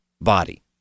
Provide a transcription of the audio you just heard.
body